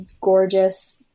gorgeous